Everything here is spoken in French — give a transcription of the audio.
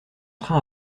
train